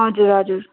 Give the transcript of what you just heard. हजुर हजुर